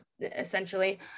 essentially